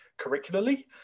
curricularly